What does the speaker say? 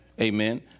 Amen